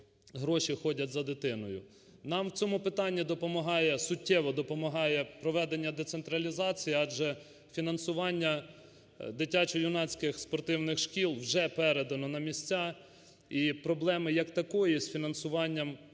допомагає, суттєво допомагає проведення децентралізації. Адже фінансування дитячо-юнацьких спортивних шкіл вже передано на місця і проблеми, як такої, з фінансуванням